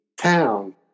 town